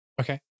Okay